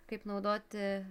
kaip naudoti